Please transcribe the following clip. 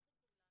הם לא חיכו לנו,